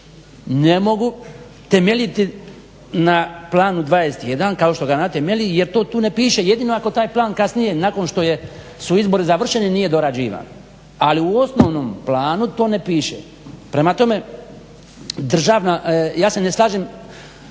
ne mogu temeljiti na Planu 21 kao što ga ona temelji jer to tu ne piše. Jedino ako taj plan kasnije nakon što su izbori završeni nije dorađivan. Ali u osnovnom planu to ne piše. Prema tome, državna, ja se ne slažem